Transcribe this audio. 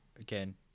again